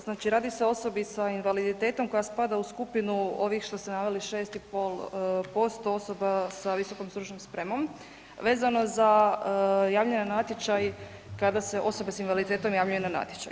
Znači radi se o osobi sa invaliditetom koja spada u skupinu ovih što ste naveli 6,5% osoba sa visokom stručnom spremom vezano za javljanje na natječaj kada se osobe s invaliditetom javljaju na natječaj.